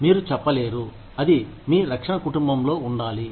మీరు చెప్పలేరు అది మీ రక్షణ కుటుంబంలో ఉండాలి